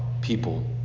people